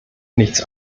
nichts